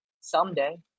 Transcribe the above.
Someday